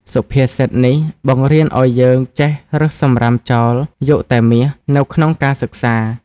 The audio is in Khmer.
សុភាសិតនេះបង្រៀនឱ្យយើងចេះ «រើសសម្រាមចោល យកតែមាស» នៅក្នុងការសិក្សា។